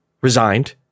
resigned